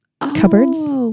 cupboards